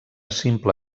simple